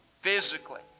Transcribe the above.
Physically